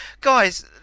guys